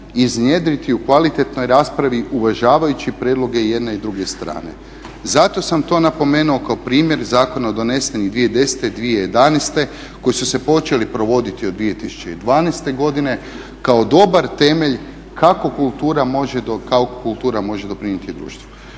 iznjedriti u kvalitetnoj raspravi uvažavajući prijedloge i jedne i druge strane. Zato sam to napomenuo kao primjer zakona donesenih 2010.i 2011.koji su se počeli provoditi od 2012.godine kao dobar temelj kako kultura može doprinijeti društvu.